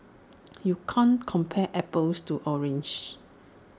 you can't compare apples to oranges